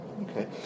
Okay